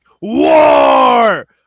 War